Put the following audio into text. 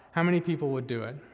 how many people would do it?